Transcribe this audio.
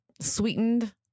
sweetened